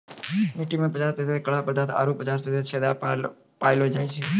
मट्टी में पचास प्रतिशत कड़ा पदार्थ आरु पचास प्रतिशत छेदा पायलो जाय छै